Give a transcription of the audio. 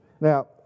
Now